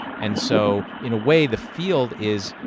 and so in a way, the field is,